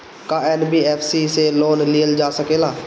का एन.बी.एफ.सी से लोन लियल जा सकेला?